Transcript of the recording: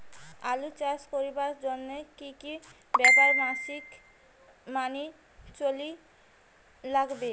আলু চাষ করিবার জইন্যে কি কি ব্যাপার মানি চলির লাগবে?